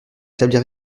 établit